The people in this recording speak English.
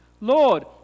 lord